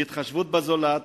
להתחשבות בזולת,